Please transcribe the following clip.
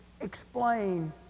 explain